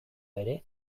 ere